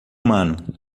humano